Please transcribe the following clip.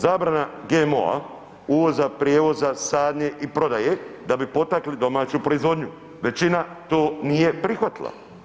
Zabrana GMO-a uvoza, prijevoza, sadnje i prodaje da bi potakli domaću proizvodnju, većina to nije prihvatila.